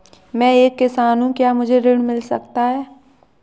मैं एक किसान हूँ क्या मुझे ऋण मिल सकता है?